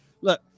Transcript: look